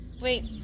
Wait